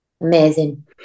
Amazing